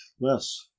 less